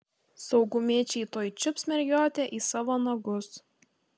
saugumiečiai tuoj čiups mergiotę į savo nagus